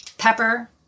Pepper